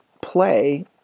play